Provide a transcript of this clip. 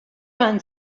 run